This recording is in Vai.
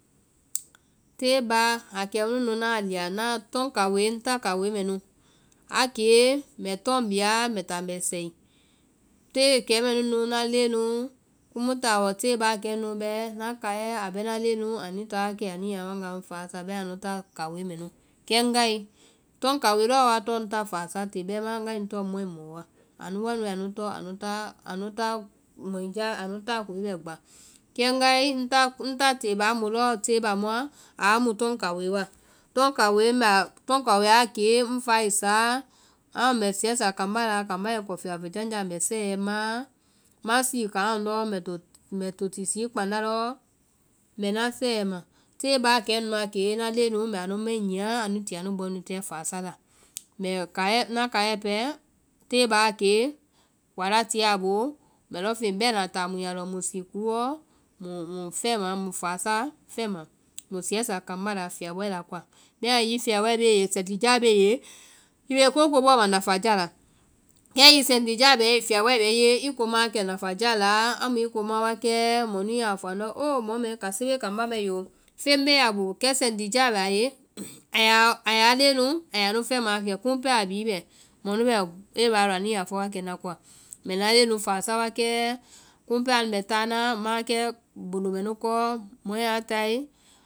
Tée báa a kɛmu nu na a lia, na tɔ́ŋ kaoe, ŋ ta kaoe mɛ nu, a kee mbɛ tɔ́ŋ bia mbɛ taa mbɛ sɛi, tée kɛmɛ nu nu na leŋɛ nu, kumu kaɔ tée baa kɛnu bɛ na kaiɛ bɛ na leŋɛ anuĩ ta wa kɛ anu ya a nu wanga fasa bɛimaã anu ta kaoe mɛ nu. kɛ ŋgae, tɔ́ŋ kaoe lɔɔ wa tɔŋ ŋ ta fasa tée. bɛimaã ŋgae ŋ tɔŋ mɔi mɔɔ wa, anu nua nu anu tɔŋ anu ta mɔi jaa- anu ta koe bɛ gbá. kɛ ŋgae ŋ ta tée baa mu lɔɔ tɔŋ ba muã a mu kaoe wa, tɔ́ŋ kaoe mbɛ a- tɔ́ŋ kaoe a kee ŋ faisaa, amu mbɛ sɛsa kambá la, kambá yɛ ŋ kɔ fiabɔ fɛjanja laa, mbɛ sɛiɛ maã, ma sii kaŋ lɔndɔ́ɔ mbɛ to ti sii kpana lɔɔ, mbɛ na sɛiɛ ma, tée baa kɛnuã kee ŋna leŋɛ nu mbɛ anu mai nyia anuĩ ti anu bɔɛ nu tɛ fasa sa. Mbɛ kaiɛ- ŋna kaiɛ pɛɛ tée baa a kee kola a tie a boo, mbɛ lɔŋfeŋ bɛna táá mu ya lɔŋ muĩ sii kuwɔ, muĩ fɛma, muĩ faasa fɛma muĩ sɛɛ sa kambá la fiabɔɛ la koa. Bɛimaã hiŋi fiabɔɛ bee i ye, sɛntija bee i ye i kooko bɔɔ ma nafaja la, kɛ hiŋi sɛntija bɛ i ye, fiabɔɛ bɛ i ye i ko mo wa nafaja laa, amu i ko ma wa kɛɛ mɔɛ nu ya a fɔ andɔ́ oo mɔ mɛ kase bee kambá mai oo, feŋ bee a boo kɛ sɛntija bɛ a ye a yaa leŋɛ nu, a yaa nu fɛma wa kɛ. Kii mu pɛɛ a bhii bɛ mɔɛ nu yaa fɔ wa kɛ, mbɛ na leŋɛ faasa wa kɛɛ, kimu pɛɛ anu bɛ tana maãkɛ bundo mɛnu kɔ, mɔɛ a tae